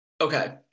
Okay